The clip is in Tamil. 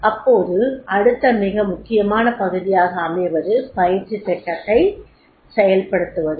இப்போது அடுத்த மிக முக்கியமான பகுதியாக அமைவது பயிற்சித் திட்டத்தை செயல்படுத்துவது